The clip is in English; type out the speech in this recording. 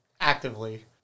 actively